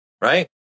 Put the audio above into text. Right